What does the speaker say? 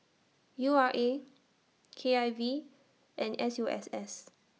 U R A K I V and S U S S